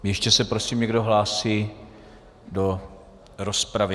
Ještě se prosím někdo hlásí do rozpravy?